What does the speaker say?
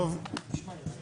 ערב טוב, לילה טוב.